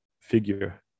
figure